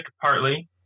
partly